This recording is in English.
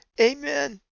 Amen